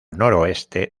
noroeste